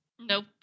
Nope